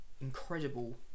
Incredible